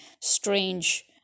strange